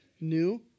New